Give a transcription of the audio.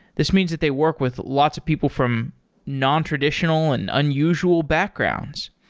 this means that they work with lots of people from nontraditional and unusual backgrounds.